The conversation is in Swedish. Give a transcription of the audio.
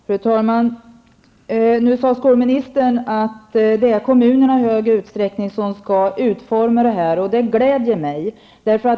Fru talman! Nu sade skolministern att det är kommunerna som i stor utsträckning skall utforma systemet, och det gläder mig.